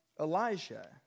Elijah